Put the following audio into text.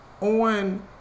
on